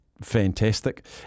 fantastic